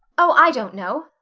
oh, i don't know,